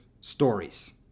stories